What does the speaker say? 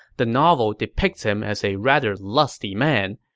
the novel depicts him as a rather lusty man,